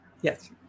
yes